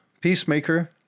Peacemaker